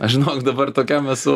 aš žinok dabar tokiam esu